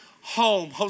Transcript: home